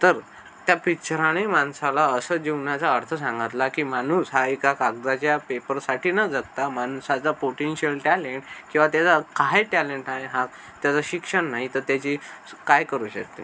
तर त्या पिच्चरने माणसाला असं जीवनाचा अर्थ सांगितला की माणूस हा एका कागदाच्या पेपरसाठी न जगता माणसाचा पोटेंशियल टॅलेंट किंवा त्याचं काही टॅलेंट आहे हा त्याचं शिक्षण नाही तर त्याची काय करू शकते